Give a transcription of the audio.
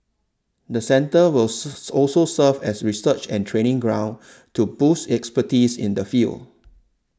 the centre will also serve as a research and training ground to boost expertise in the field